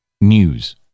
news